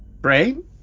Brain